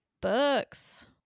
books